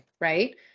right